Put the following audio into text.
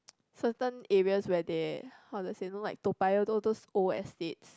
certain areas where they how to say know like Toa-Payoh all those old estates